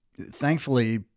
thankfully